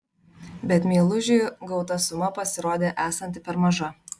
bet meilužiui gauta suma pasirodė esanti per maža